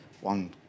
one